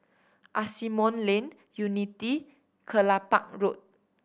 Asimont Lane Unity Kelopak Road